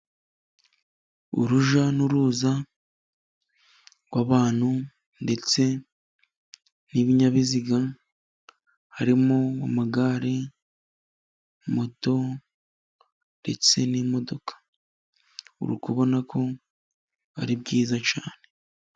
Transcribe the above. Urujya n'uruza rw'abantu ndetse n'ibinyabiziga, harimo amagare, moto ndetse n'imodoka ,uri kubona ko ari byiza cyane.